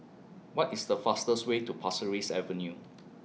What IS The fastest Way to Pasir Ris Avenue